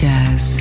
Jazz